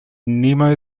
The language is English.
nemo